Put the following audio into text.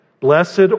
blessed